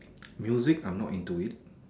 music I'm not into it